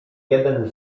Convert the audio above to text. jeden